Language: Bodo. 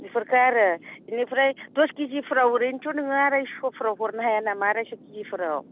एफोरखो आरो एनिफ्राय दस केजिफोराव ओरैनोथ' नोङो आरायस'फोराव हरनो हाया नामा आरायस' केजिफोराव